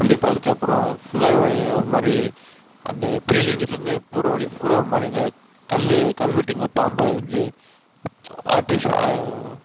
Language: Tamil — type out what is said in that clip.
நந்தியை பார்த்துட்டு அப்புறம் ஃபுல்லாக ஒரு மாதிரி அந்த பெரிய லிங்கத்துலருந்து போகிற வழி ஃபூராக ஒரு மாதிரி இந்த கல் கல்வெட்டுங்களை பாம்பை வரஞ்சு ஆர்ட்டிஷா